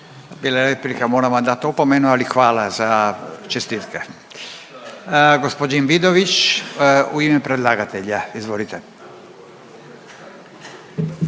Bila je replika, moram vam dat opomenu ali hvala za čestitke. Gospodin Vidović u ime predlagatelja, izvolite.